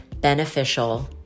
beneficial